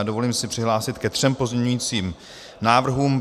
Dovolím si přihlásit se ke třem pozměňovacím návrhům.